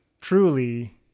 truly